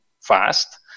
fast